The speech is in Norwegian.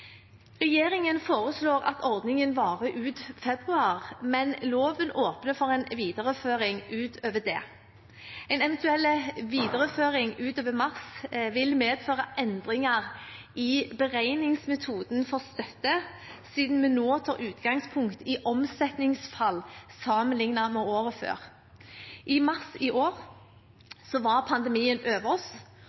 Regjeringen foreslår at ordningen varer ut februar, men loven åpner for en videreføring utover det. En eventuell videreføring utover mars vil medføre endringer i beregningsmetoden for støtte, siden vi nå tar utgangspunkt i omsetningsfall sammenlignet med året før. I mars i år var pandemien over oss,